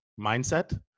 mindset